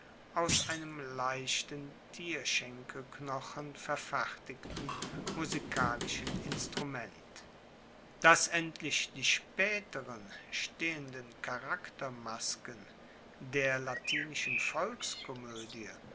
aus einem leichten tierschenkelknochen verfertigten musikalischen instrument dass endlich die spaeteren stehenden charaktermasken der latinischen